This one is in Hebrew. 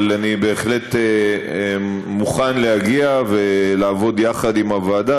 אבל אני בהחלט מוכן להגיע ולעבוד יחד עם הוועדה